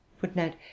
Footnote